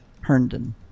herndon